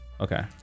Okay